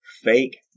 Fake